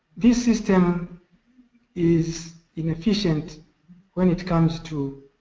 this system is inefficient when it comes to